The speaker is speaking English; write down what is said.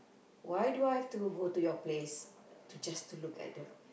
why do I have to go to your place to just to look at the